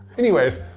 anyways,